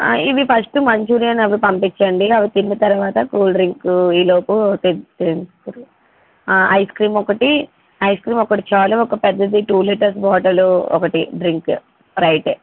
ఇవి first Manchuria అవి పంపించండి అవి తిన్న తరువాత కూల్ డ్రింక్ ఈ లోపు తె తెద్దురు ఐస్ క్రీమ్ ఒకటి ఐస్ క్రీమ్ ఒకటి చాలు ఒక పెద్దది టూ లీటర్స్ బాటిల్ ఒక డ్రింక్ స్ప్రైట్